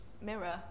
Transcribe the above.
mirror